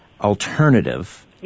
alternative